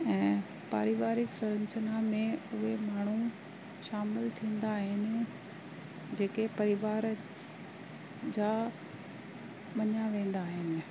ऐं पारिवारिक संरचना में उहे माण्हू शामिल थींदा आहिनि जेके परिवार जा मञिया वेंदा आहिनि